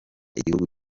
igihugu